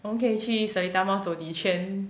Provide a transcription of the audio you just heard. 我们可以去 seletar mall 走几圈